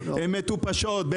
הן מטופשות.